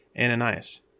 Ananias